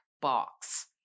box